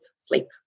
sleep